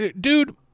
Dude